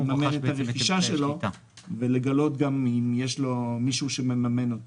מימן את הרכישה שלו ולגלות אם יש מישהו שמממן אותו.